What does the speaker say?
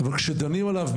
אבל כשדנים עליו,